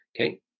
Okay